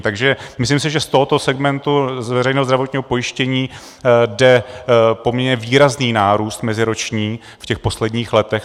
Takže myslím si, že z tohoto segmentu z veřejného zdravotního pojištění jde poměrně výrazný nárůst meziroční v těch posledních letech.